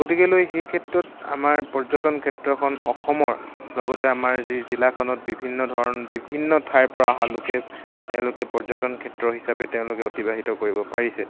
গতিকেলৈ সেই ক্ষেত্ৰত আমাৰ পৰ্যটন ক্ষেত্ৰখন অসমৰ লগতে আমাৰ যি জিলাখনত বিভিন্ন ধৰণ বিভিন্ন ঠাইৰ পৰা অহা লোকে তেওঁলোকে পৰ্যটন ক্ষেত্ৰ হিচাপে তেওঁলোকে অতিবাহিত কৰিব পাৰিছে